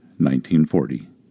1940